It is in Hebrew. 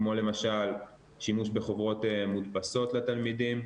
כמו למשל שימוש בחוברות מודפסות לתלמידים.